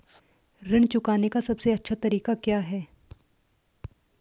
ऋण चुकाने का सबसे अच्छा तरीका क्या है?